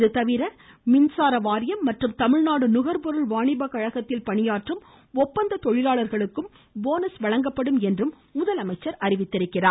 இதுதவிர மின்சார வாரியம் மற்றும் தமிழ்நாடு நுகர்பொருள் வாணிப கழகத்தில் பணியாற்றும் ஒப்பந்த தொழிலாளர்களுக்கும் போனஸ் வழங்கப்படும் என்று அறிவித்துள்ளார்